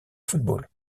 football